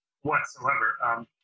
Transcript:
whatsoever